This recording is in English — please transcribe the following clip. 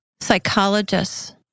Psychologists